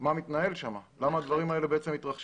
ולראות מה מתנהל שם למה הדברים האלה מתרחשים.